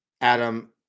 Adam